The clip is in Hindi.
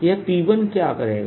यह P1 क्या करेगा